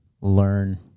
learn